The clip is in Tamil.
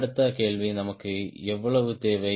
அடுத்த கேள்வி நமக்கு எவ்வளவு தேவை